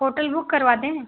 hotel book करवा दें